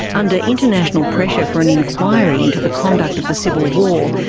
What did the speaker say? under international pressure for an inquiry into the conduct of the civil war,